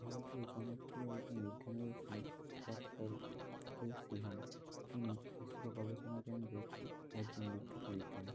ভারতীয় জনপ্রিয় একজন বিজ্ঞানী আছেন ডক্টর কে শিবন তিনি ইসরো গবেষণা কেন্দ্রের একজন বিখ্যাত বিজ্ঞানী